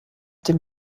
dem